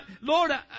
Lord